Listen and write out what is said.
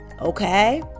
okay